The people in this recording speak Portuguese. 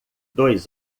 dois